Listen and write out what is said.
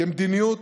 כמדיניות,